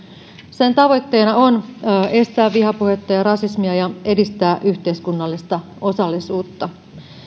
sen tavoitteena on estää vihapuhetta ja rasismia ja edistää yhteiskunnallista osallisuutta